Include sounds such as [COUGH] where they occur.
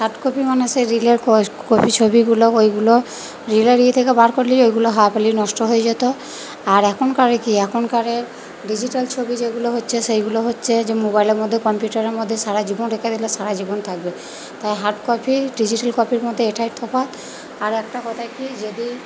hard copy মানে সেই রিলের [UNINTELLIGIBLE] কপি ছবিগুলো ওইগুলো রিলের ইয়ে থেকে বার করলেই ওইগুলো হাওয়া পেলেই নষ্ট হয়ে যেত আর এখনকারের কি এখনকারের ডিজিটাল ছবি যেগুলো হচ্ছে সেগুলো হচ্ছে যে মোবাইলের মধ্যে কম্পিউটার মধ্যে সারা জীবন রেখে দিলে সারা জীবন থাকবে তাই হার্ড কপি ডিজিটাল কপির মধ্যে এটাই তফাৎ আর একটা কথা কি যদি